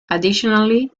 additionally